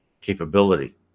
capability